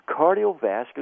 cardiovascular